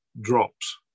drops